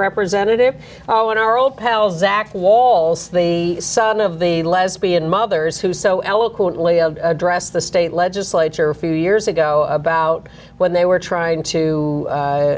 representative oh and our old pal zach walz the son of the lesbian mothers who so eloquently addressed the state legislature a few years ago about when they were trying to